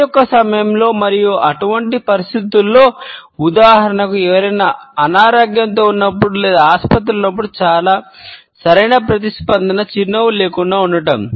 పని యొక్క సమయంలో మరియు అటువంటి పరిస్థితులలో ఉదాహరణకు ఎవరైనా అనారోగ్యంతో ఉన్నప్పుడు లేదా ఆసుపత్రిలో ఉన్నప్పుడు చాలా సరైన ప్రతిస్పందన చిరునవ్వు లేకుండా ఉండటం